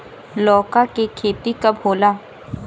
लौका के खेती कब होला?